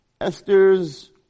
Esther's